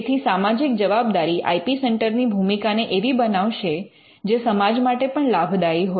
તેથી સામાજિક જવાબદારી આઇ પી સેન્ટર ની ભૂમિકા ને એવી બનાવશે જે સમાજ માટે પણ લાભદાયી હોય